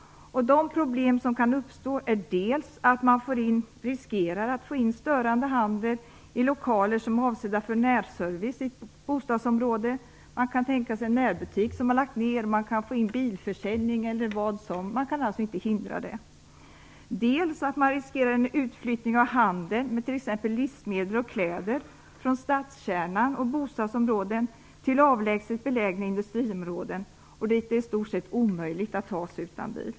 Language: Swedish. De problem som kan uppstå är att man riskerar att få in störande handel i lokaler som är avsedda för närservice i ett bostadsområde. Man kan tänka sig en närbutik, man kan få bilförsäljning eller vad som helst. Det kan alltså inte hindras. Man riskerar också en utflyttning av handel med t.ex. livsmedel och kläder från stadskärnan och bostadsområden till ett avlägset beläget industriområde dit det i stort sett är omöjligt att ta sig utan bil.